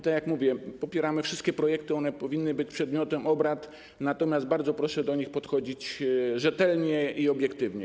Tak jak mówię, popieramy wszystkie projekty, one powinny być przedmiotem obrad, ale bardzo proszę do nich podchodzić rzetelnie i obiektywnie.